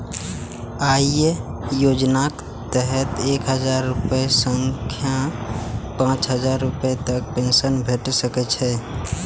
अय योजनाक तहत एक हजार रुपैया सं पांच हजार रुपैया तक पेंशन भेटि सकैए